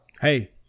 Hey